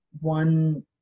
one